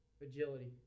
Agility